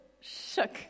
shook